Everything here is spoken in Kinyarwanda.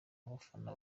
abafana